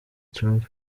trump